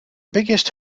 biggest